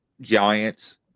giants